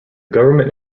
government